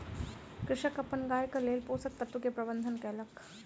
कृषक अपन गायक लेल पोषक तत्व के प्रबंध कयलक